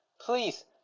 please